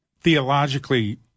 theologically